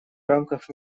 рамках